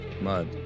mud